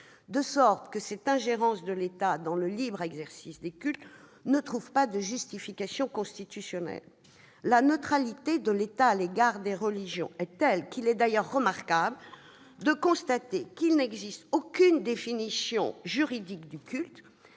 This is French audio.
de sorte que cette ingérence de l'État dans le libre exercice des cultes ne trouve pas de justification constitutionnelle. La neutralité de l'État à l'égard des religions est telle que, de façon remarquable, il n'existe pas de définition juridique du culte.